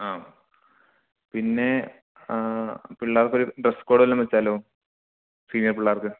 ആ പിന്നെ പിള്ളേർക്കൊരു ഡ്രസ്സ് കോഡ് വല്ലതും വച്ചാലോ സീനിയർ പിള്ളേർക്ക്